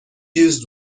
used